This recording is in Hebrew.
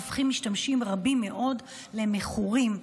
הם הופכים משתמשים רבים מאוד למכורים ברישיון.